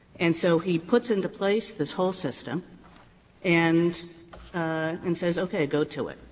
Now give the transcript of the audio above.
and so he puts into place this whole system and and says, okay, go to it.